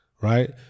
right